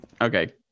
okay